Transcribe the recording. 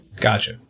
gotcha